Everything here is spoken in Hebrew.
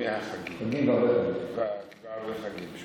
ימי החגים חגים וערבי חגים.